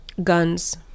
guns